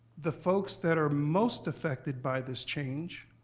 the folks that are most effected by this change